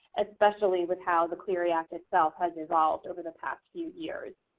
especially with how the clery act itself has evolved over the past few years.